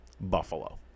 Buffalo